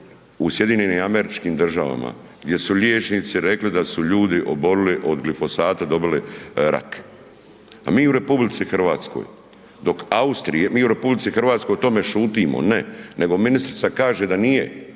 imamo znači tužbi u SAD-u gdje su liječnici rekli da su ljudi obolili od glifosata dobili rak. A mi u RH dok Austrija, mi u RH o tome šutimo, ne, nego ministrica kaže da nije